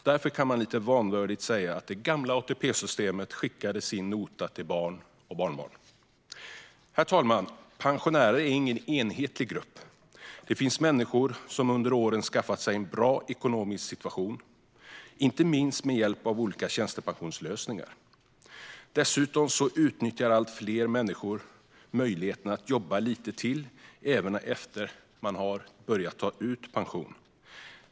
Därför kan man lite vanvördigt säga att det gamla ATP-systemet skickade sin nota till barn och barnbarn. Fru talman! Pensionärer är ingen enhetlig grupp. Det finns människor som under åren skaffat sig en bra ekonomisk situation, inte minst med hjälp av olika tjänstepensionslösningar. Dessutom utnyttjar allt fler människor möjligheten att jobba lite även efter att de har börjat ta ut pension.